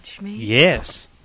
yes